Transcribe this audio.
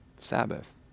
Sabbath